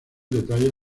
detalles